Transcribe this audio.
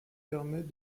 permettent